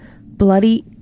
Bloody